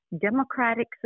democratic